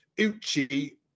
Uchi